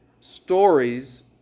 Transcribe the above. stories